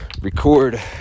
record